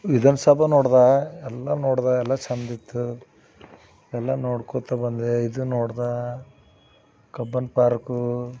ವಿಧಾನ ಸಭಾ ನೋಡಿದ ಎಲ್ಲ ನೋಡಿದೆ ಎಲ್ಲ ಚೆಂದಿತ್ತು ಎಲ್ಲ ನೋಡ್ಕೊಳ್ತಾ ಬಂದೆ ಇದು ನೋಡಿದಾ ಕಬ್ಬನ್ ಪಾರ್ಕು